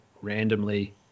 randomly